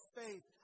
faith